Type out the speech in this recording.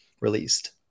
released